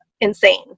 insane